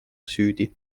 süüdi